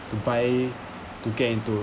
to buy to get into